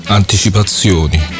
anticipazioni